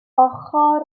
ochr